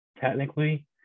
technically